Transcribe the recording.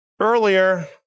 earlier